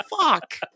fuck